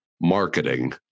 marketing